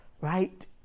right